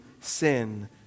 sin